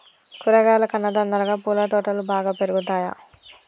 కూరగాయల కన్నా తొందరగా పూల తోటలు బాగా పెరుగుతయా?